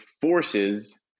forces